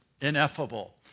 ineffable